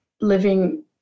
living